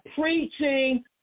preaching